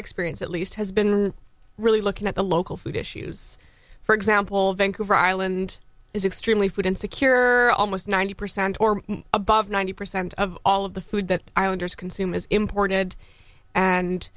experience at least has been really looking at the local food issues for example vancouver island is extremely food insecure almost ninety percent or above ninety percent of all of the food that islanders consume is imported and